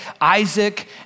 Isaac